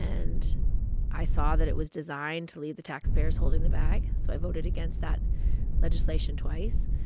and i saw that it was designed to leave the taxpayers holding the bag, so i voted against that legislation twice.